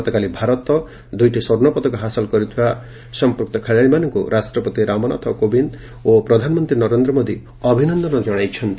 ଗତକାଲି ଭାରତ ଦୁଇଟି ସ୍ୱର୍ଷ୍ଣପଦକ ହାସଲ କରିଥିବା ସଂପୃକ୍ତ ଖେଳାଳିମାନଙ୍କୁ ରାଷ୍ଟ୍ରପତି ରାମନାଥ କୋବିନ୍ଦ ଓ ପ୍ରଧାନମନ୍ତ୍ରୀ ନରେନ୍ଦ୍ର ମୋଦି ଅଭିନନ୍ଦନ ଜଣାଇଛନ୍ତି